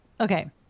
Okay